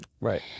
Right